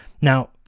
Now